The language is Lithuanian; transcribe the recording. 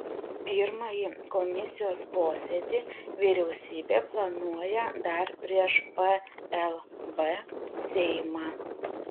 pirmąjį komisijos posėdį vyriausybė planuoja dar prieš plb seimą